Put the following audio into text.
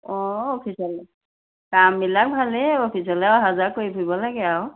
অঁ অফিচলে কামবিলাক ভালেই অফিচলে অহা যোৱা কৰি ফুৰিব লাগে আৰু